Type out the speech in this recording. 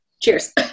cheers